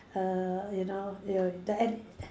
err you know your the